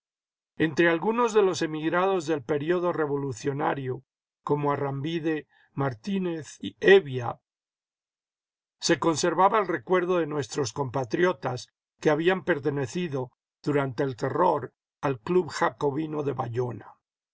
entre algunos de los emigrados del período revolucionario como arrambide martínez y hevia se conservaba el recuerdo de nuestros compatriotas que habían pertenecido durante el terror al club jacobino de bayona